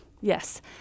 Yes